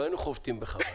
לא היינו חובטים בך.